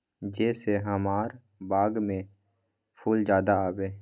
जे से हमार बाग में फुल ज्यादा आवे?